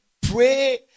pray